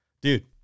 dude